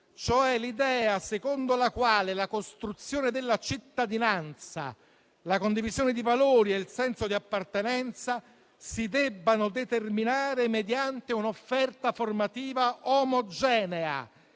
cioè l'idea secondo la quale la costruzione della cittadinanza, la condivisione di valori e il senso di appartenenza si debbano determinare mediante un'offerta formativa omogenea,